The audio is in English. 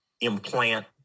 implant